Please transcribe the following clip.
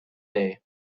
day